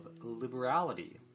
liberality